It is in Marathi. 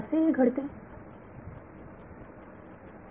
विद्यार्थी सर असे घडते